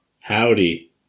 Howdy